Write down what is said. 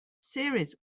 series